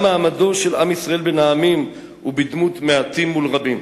גם מעמדו של עם ישראל בין העמים הוא בדמות מעטים מול רבים.